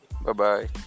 Bye-bye